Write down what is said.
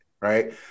right